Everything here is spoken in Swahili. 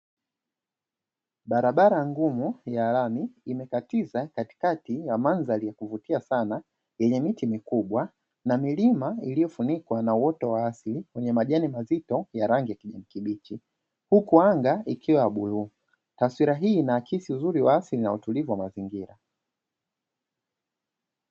Barabara ngumu ya lami imekatiza katikati ya mandhari ya kuvutia sana yenye miti mikubwa, na milima iliyofunikwa na uoto wa asili wenye majani mazito ya rangi ya kijani kibichi, huku anga ikiwa ya bluu. Taswira hii inaakisi uzuri wa asili na utulivu wa mazingira.